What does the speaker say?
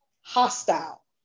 hostile